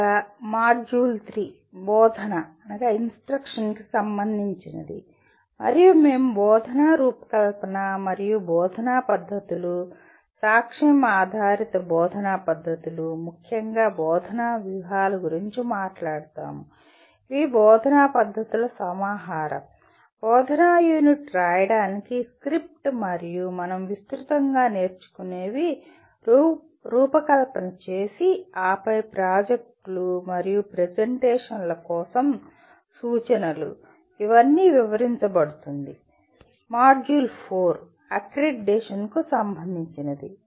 మరియు మాడ్యూల్ 3 "బోధన"instruction" కి సంబంధించినది మరియు మేము బోధనా రూపకల్పన మరియు బోధనా పద్ధతులు సాక్ష్యం ఆధారిత బోధనా పద్ధతులు ముఖ్యంగా బోధనా వ్యూహాల గురించి మాట్లాడుతాము ఇవి బోధనా పద్ధతుల సమాహారం బోధనా యూనిట్ రాయడానికి స్క్రిప్ట్ మరియు మనం విస్తృతంగా నేర్చుకునేవి రూపకల్పన చేసి ఆపై ప్రాజెక్టులు మరియు ప్రెజెంటేషన్ల కోసం సూచనలు ఇవన్నీ వివరించబడుతుంది మాడ్యూల్ 4 "అక్రిడిటేషన్" కు సంబంధించినది